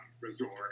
resort